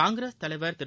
காங்கிரஸ் தலைவர் திரு